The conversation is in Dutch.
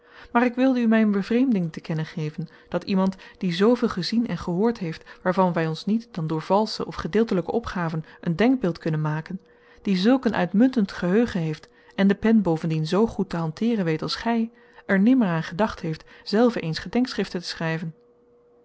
maar ik wilde u mijn bevreemding te kennen geven dat iemand die zooveel gezien en gehoord heeft waarvan wij ons niet dan door valsche of gedeeltelijke opgaven een denkbeeld kunnen maken die zulk een uitmuntend geheugen heeft en de pen bovendien zoo goed te hanteeren weet als gij er nimmer aan gedacht heeft zelve eens gedenkschriften te schrijven